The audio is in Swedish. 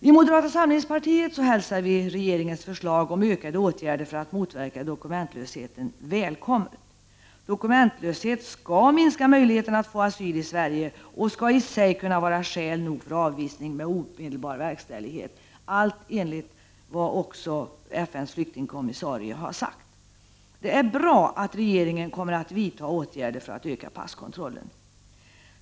I moderata samlingspartiet hälsar vi regeringens förslag om ökade åtgärder för att motverka dokumentlösheten som välkommet. Dokumentlöshet skall minska möjligheterna att få asyl i Sverige och skall i sig kunna vara skäl nog för avvisning med omedelbar verkställighet. Detta är i enlighet med vad FN:s flyktingkommissarie har sagt. Det är bra att regeringen kommer att vidta åtgärder för att öka passkontrollen.